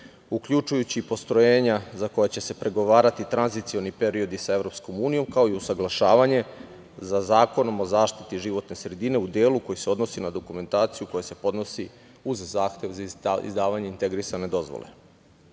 uključujući postrojenja za koja će se pregovarati tranzicioni periodi sa EU, kao i usaglašavanje sa Zakonom o zaštiti životne sredine u delu koji se odnosi na dokumentaciju koja se podnosi uz zahtev za izdavanje integrisane dozvole. Naime,